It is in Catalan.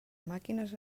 màquines